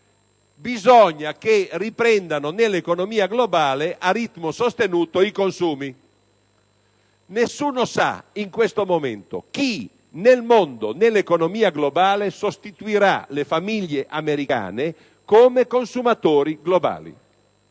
bisogna che riprendano nell'economia globale a ritmo sostenuto i consumi. Ebbene, nessuno sa in questo momento chi nel mondo nell'economia globale sostituirà le famiglie americane come consumatori globali.